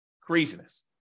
Craziness